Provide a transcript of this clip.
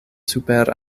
super